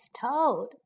toad